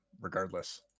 regardless